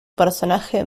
personaje